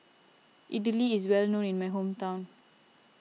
Idili is well known in my hometown